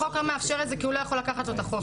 החוק לא מאפשר את זה כי הוא לא יכול לקחת לו את החופש,